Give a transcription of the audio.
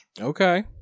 Okay